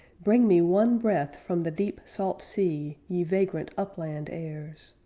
bring me one breath from the deep salt sea, ye vagrant upland airs!